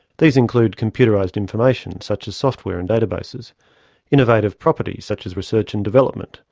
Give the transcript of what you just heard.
these include computerised information such as software and databases innovative property such as research and development,